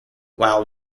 while